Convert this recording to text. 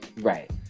Right